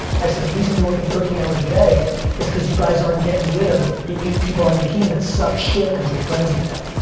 i said, the reason you're workin' thirteen hours a day is cause you guys aren't gettin' rid of the eight people on your team that suck shit cause you're friends with them.